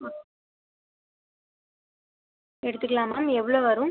எடுத்துக்கலாம் மேம் எவ்வளோ வரும்